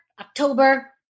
October